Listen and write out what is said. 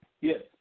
Yes